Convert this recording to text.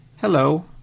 Hello